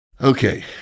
Okay